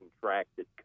contracted